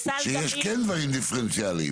אבל אמרת שיש דברים דיפרנציאלים?